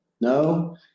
No